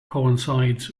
coincides